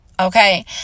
Okay